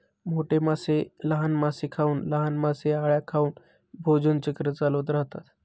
मोठे मासे लहान मासे खाऊन, लहान मासे अळ्या खाऊन भोजन चक्र चालवत राहतात